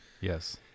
Yes